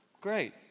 Great